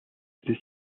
était